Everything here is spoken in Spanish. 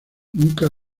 nunca